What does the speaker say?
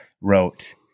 wrote